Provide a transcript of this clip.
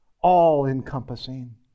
all-encompassing